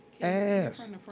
ass